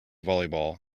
volleyball